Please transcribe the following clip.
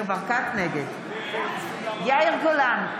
נגד יאיר גולן,